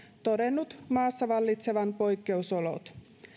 todennut maassa vallitsevan poikkeusolot